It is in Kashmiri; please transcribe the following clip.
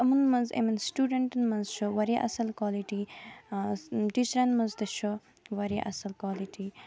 یِمن منٛز یِمن سِٹوڑَنٹَن منٛز چھُ واریاہ اصل کالٹی ٹیٖچرَن منٛز تہِ چھُ واریاہ اصل کالٹی